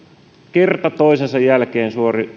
kerta toisensa jälkeen